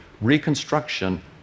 reconstruction